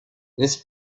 this